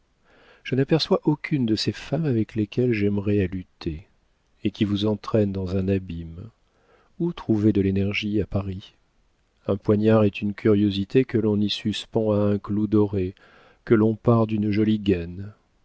je n'aperçois aucune de ces femmes avec lesquelles j'aimerais à lutter et qui vous entraînent dans un abîme où trouver de l'énergie à paris un poignard est une curiosité que l'on y suspend à un clou doré que l'on pare d'une jolie gaine